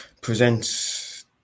presents